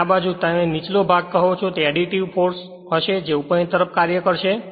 અને આ બાજુ તમે જેને નીચલા ભાગ કહો છો તે એડીટિવફોર્સ હશે જે ઉપર તરફ કાર્ય કરશે